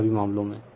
इन सभी मामलो में